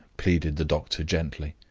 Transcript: pleaded the doctor, gently.